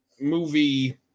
movie